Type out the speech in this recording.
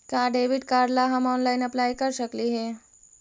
का debit card ला हम ऑनलाइन अप्लाई कर सकली हे?